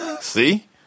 See